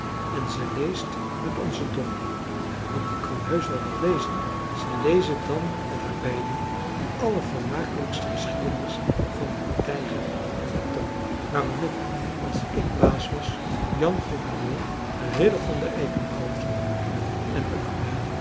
en ze leest met onze dochter want die kan heusch al wat lezen ze lezen dan met haar beiden die allervermakelijkste geschiedenis van den tijger en de ton waarom ik als ik baas was jan goeverneur ridder van de eikekroon zou maken en onderwijl